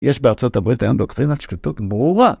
יש בארצות הברית אין דוקטרינת שקטות ברורה